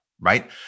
right